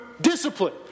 discipline